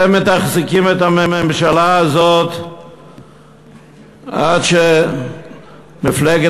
אתם מתחזקים את הממשלה הזאת עד שמפלגת